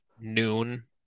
noon